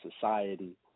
society